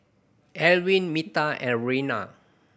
Evelin Meta and Reanna